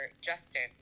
Justin